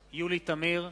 נגד יולי תמיר,